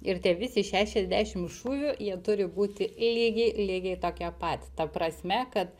ir tie visi šešiasdešim šūvių jie turi būti lygiai lygiai tokie patys ta prasme kad